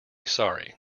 sorry